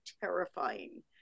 terrifying